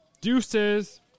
Deuces